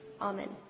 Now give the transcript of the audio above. Amen